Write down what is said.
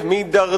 למה אתה משקר?